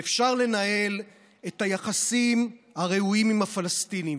שאפשר לנהל את היחסים הראויים עם הפלסטינים,